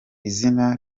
izina